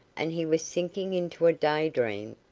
and he was sinking into a day dream,